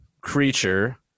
creature